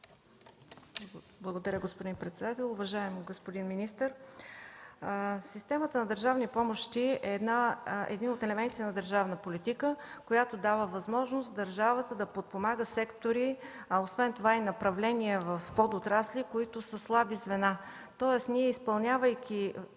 Благодаря Ви, господин председател. Уважаеми господин министър, системата на държавни помощи е един от елементите на държавна политика, която дава възможност държавата да подпомага сектори, освен това и направления в подотрасли, които са слаби звена. Тоест ние, изпълнявайки